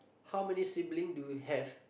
how many sibling do you have